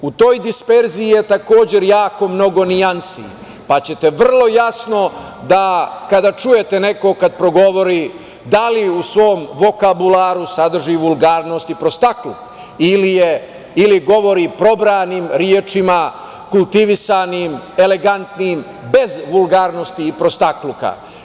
U toj disperziji je takođe mnogo nijansi, pa ćete vrlo jasno da kada čujete nekoga kada progovori da li u svom vokabularu sadrži vulgarnosti i prostakluk ili govori probranim rečima, kultivisanim, elegantnim, bez vulgarnosti i prostakluka.